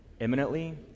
imminently